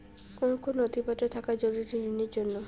কোন কোন নথিপত্র থাকা জরুরি ঋণের জন্য?